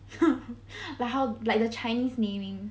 like how like the chinese naming